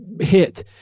hit